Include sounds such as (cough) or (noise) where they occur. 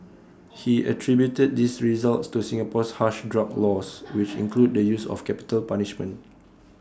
he attributed these results to Singapore's harsh drug laws (noise) which include the use of capital punishment